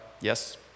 Yes